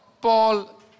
Paul